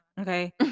okay